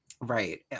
Right